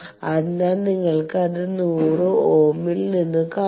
അതിനാൽ നിങ്ങൾ അത് 100 ഓം ൽ നിന്ന് കാണുന്നു